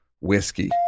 whiskey